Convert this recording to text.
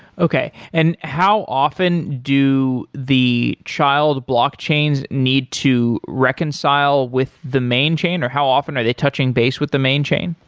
okay. and how often do the child blockchains need to reconcile with the main chain or how often are they touching base with the main chain?